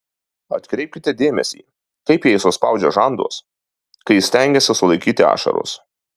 atkreipkite dėmesį kaip jei suspaudžia žandus kai stengiasi sulaikyti ašaras